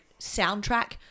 soundtrack